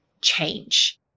change